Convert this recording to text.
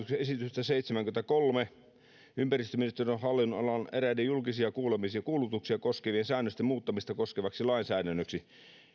esitystä seitsemänkymmenenkolmen ympäristöministeriön hallinnonalan eräiden julkisia kuulutuksia koskevien säännösten muuttamista koskevaksi lainsäädännöksi